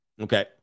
Okay